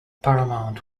paramount